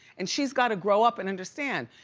and she's gotta grow up and understand.